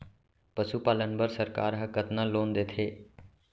पशुपालन बर सरकार ह कतना लोन देथे?